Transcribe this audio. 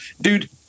dude